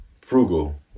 frugal